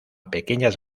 pequeñas